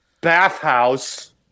bathhouse